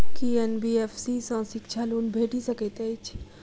की NBFC सँ शिक्षा loan भेटि सकैत अछि?